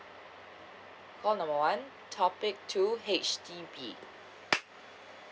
call number one topic two H_D_B